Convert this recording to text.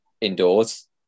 indoors